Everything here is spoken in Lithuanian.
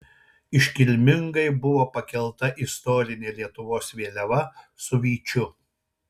iškilmingai buvo pakelta istorinė lietuvos vėliava su vyčiu